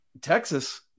Texas